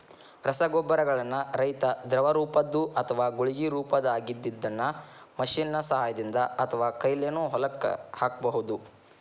ರಸಗೊಬ್ಬರಗಳನ್ನ ರೈತಾ ದ್ರವರೂಪದ್ದು ಅತ್ವಾ ಗುಳಿಗಿ ರೊಪದಾಗಿದ್ದಿದ್ದನ್ನ ಮಷೇನ್ ನ ಸಹಾಯದಿಂದ ಅತ್ವಾಕೈಲೇನು ಹೊಲಕ್ಕ ಹಾಕ್ಬಹುದು